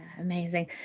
amazing